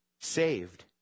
saved